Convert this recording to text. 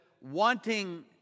wanting